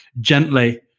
gently